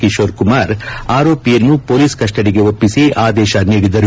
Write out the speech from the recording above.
ಕಿಶೋರ್ ಕುಮಾರ್ ಆರೋಪಿಯನ್ನು ಪೊಲೀಸ್ ಕಸ್ಸಡಿಗೆ ಒಪ್ಪಿಸಿ ಆದೇಶ ನೀಡಿದರು